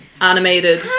animated